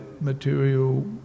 material